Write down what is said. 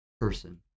person